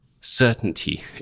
certainty